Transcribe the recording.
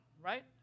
right